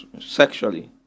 sexually